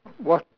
what